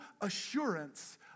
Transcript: assurance